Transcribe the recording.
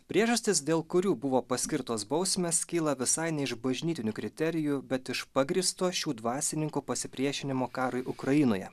priežastis dėl kurių buvo paskirtos bausmės kyla visai ne iš bažnytinių kriterijų bet iš pagrįsto šių dvasininkų pasipriešinimo karui ukrainoje